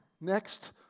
Next